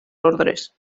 ordres